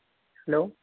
hello